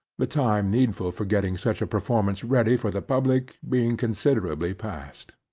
the time needful for getting such a performance ready for the public being considerably past.